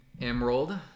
Emerald